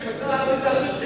זה השם שלנו.